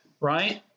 right